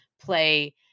play